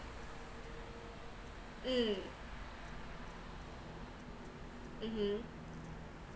mm mmhmm